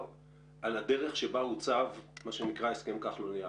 על הדרך שבה עוצב מה שנקרא הסכם כחלון יעלון,